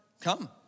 come